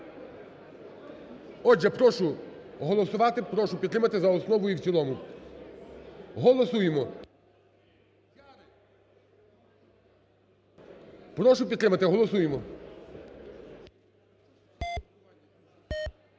Отже, прошу голосувати, прошу підтримати за основу і в цілому. Голосуємо. Прошу підтримати, голосуємо.